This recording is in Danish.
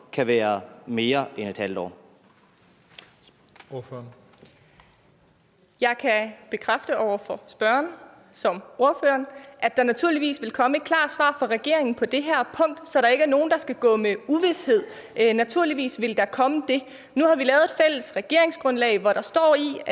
kan som ordfører bekræfte over for spørgeren, at der naturligvis vil komme et klart svar fra regeringen på det her punkt, så der ikke er nogen, der skal gå med uvished – naturligvis vil der komme det. Nu har vi lavet et fælles regeringsgrundlag, hvori der står,